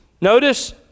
Notice